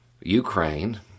Ukraine